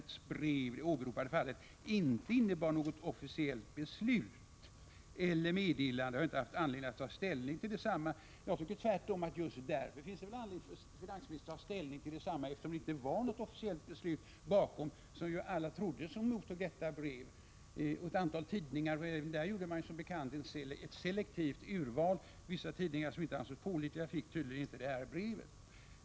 1986/87:47 åberopade fallet inte innebar något officiellt beslut eller meddelande har jag 11 december 1986 inte haft anledning att ta ställning till detsamma.” Jag tycker tvärtomatt det. ZH Omarbetsbelastningen just därför finns anledning för finansministern att ta ställning till detsamma — Sail, 3 kädede eftersom det inte var något officiellt beslut bakom, som ju alla trodde som oa peensenelrege sko mottog detta brev, däribland ett antal tidningar. Man gjorde som bekant ett selektivt urval. Vissa tidningar som inte ansågs pålitliga fick tydligen inte detta brev.